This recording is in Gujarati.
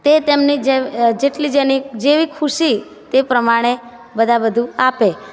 તે તેમની જે જેટલી જેની જેવી ખુશી તે પ્રમાણે બધા બધું આપે